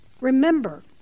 Remember